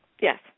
Yes